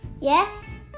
Yes